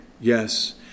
yes